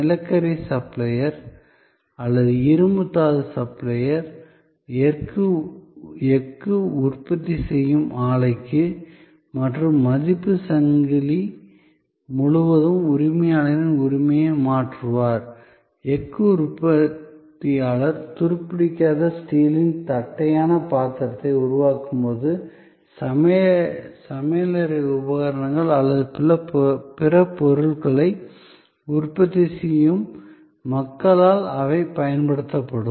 நிலக்கரி சப்ளையர் அல்லது இரும்பு தாது சப்ளையர் எஃகு உற்பத்தி செய்யும் ஆலைக்கு மற்றும் மதிப்பு சங்கிலி முழுவதும் உரிமையாளரின் உரிமையை மாற்றுவார் எஃகு உற்பத்தியாளர் துருப்பிடிக்காத ஸ்டீலின் தட்டையான பாத்திரத்தை உருவாக்கும் போது சமையலறை உபகரணங்கள் அல்லது பிற பொருட்களை உற்பத்தி செய்யும் மக்களால் அவை பயன்படுத்தப்படும்